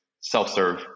self-serve